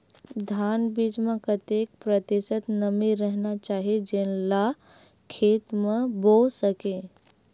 धान बीज म कतेक प्रतिशत नमी रहना चाही जेन ला खेत म बो सके?